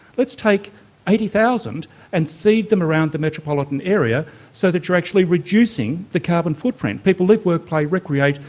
let's take eighty thousand and seed them around the metropolitan area so that you're actually reducing the carbon footprint. people live, work, play, recreate,